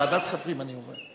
לוועדת כספים, אני אומר.